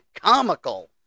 comical